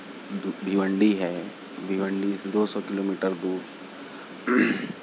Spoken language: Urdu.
بھونڈی ہے بھونڈی سے دو سو کلو میٹر دور